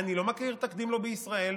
אני לא מכיר תקדים לו בישראל,